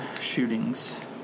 shootings